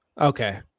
Okay